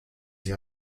sie